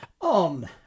on